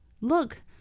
Look